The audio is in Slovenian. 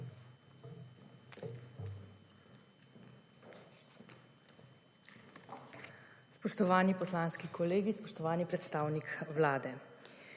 Spoštovani poslanski kolegi, spoštovani predstavnik vlade.